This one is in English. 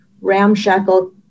ramshackle